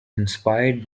inspired